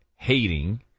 hating